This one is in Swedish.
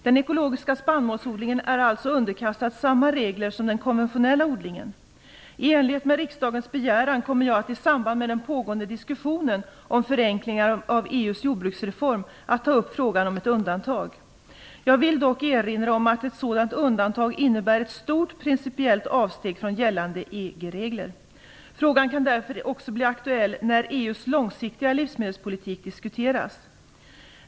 Den ekologiska spannmålsodlingen är alltså underkastad samma regler som den konventionella odlingen. I enlighet med riksdagens begäran kommer jag att i samband med den pågående diskussionen om förenklingar av EU:s jordbruksreform ta upp frågan om ett undantag. Jag vill dock erinra om att ett sådant undantag innebär ett stort principiellt avsteg från gällande EU-regler. Frågan kan därför också bli aktuell när EU:s långsiktiga livsmedelspolitik diskuteras.